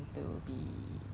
also from China